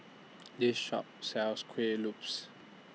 This Shop sells Kuih Lopes